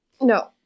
No